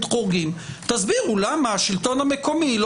וכמובן שגם השלטון המקומי.